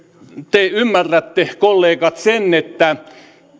te ymmärrätte kollegat sen että